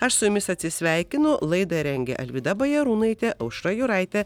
aš su jumis atsisveikinu laidą rengė alvyda bajarūnaitė aušra jūraitė